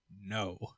no